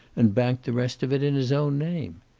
and banked the rest of it in his own name.